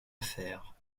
affaire